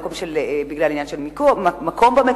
בגלל עניין של מקום במקרר,